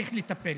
ונמשיך לטפל.